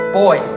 boy